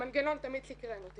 המנגנון תמיד סיקרן אותי,